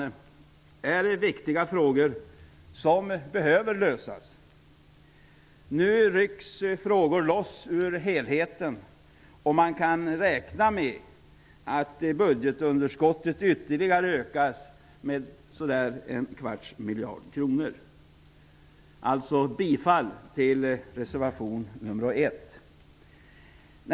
Men detta är viktiga frågor som behöver lösas. Nu rycks frågor loss ur helheten, och man kan räkna med att budgetunderskottet ytterligare kommer att öka med cirka en kvarts miljard kronor. Jag yrkar bifall till reservation 1.